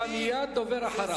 אתה מייד אחריו.